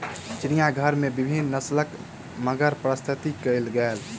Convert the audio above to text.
चिड़ियाघर में विभिन्न नस्लक मगर प्रदर्शित कयल गेल